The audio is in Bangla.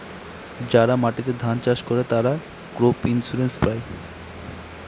যারা মাটিতে ধান চাষ করে, তারা ক্রপ ইন্সুরেন্স পায়